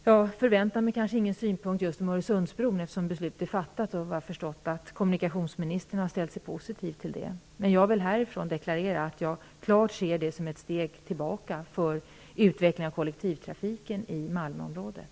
Jag förväntar mig ingen synpunkt om Öresundsbron, eftersom beslutet är fattat, och jag har förstått att kommunikationsministern har ställt sig positiv till det. Men jag vill deklarera att jag ser det som ett klart steg tillbaka för utvecklingen av kollektivtrafiken i Malmöområdet.